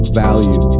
value